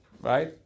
right